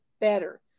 better